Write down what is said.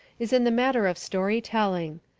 is in the matter of story telling.